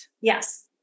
Yes